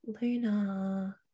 Luna